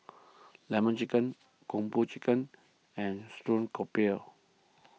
Lemon Chicken Kung Po Chicken and Stream Grouper